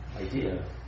idea